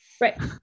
Right